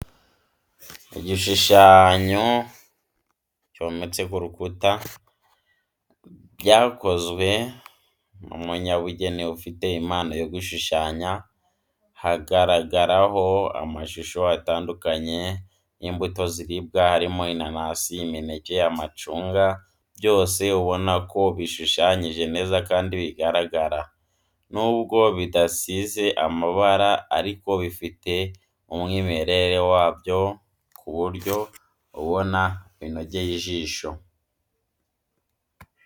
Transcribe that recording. Igishushanyo cyometse ku rukuta byakozwe n'umunyabugeni ufite impano yo gushushanya, hagaragaraho amashusho atandukanye y'imbuto ziribwa harimo inanasi, imineke, amacunga, byose ubona ko bishushanyije neza kandi bigaragara. Nubwo bidasize amabara ariko bifite umwimere wabyo ku buryo ubona binogeye ijisho.